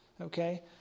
Okay